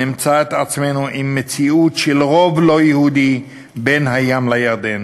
נמצא את עצמנו עם מציאות של רוב לא יהודי בין הים לירדן.